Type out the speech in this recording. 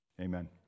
amen